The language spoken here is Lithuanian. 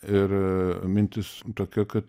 ir mintis tokia kad